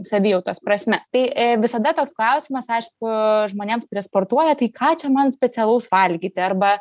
savijautos prasme tai visada toks klausimas aišku žmonėms prie sportuoja tai ką čia man specialaus valgyti arba